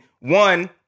one